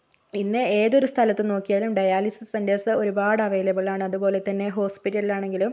ഇന്ന് ഏതൊരു സ്ഥലത്ത് നോക്കിയാലും ഡയാലിസിസ് സെൻ്റർസ് ഒരുപാട് അവൈലബിൾ ആണ് അതുപോലെ തന്നെ ഹോസ്പിറ്റലിൽ ആണെങ്കിലും